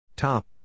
Top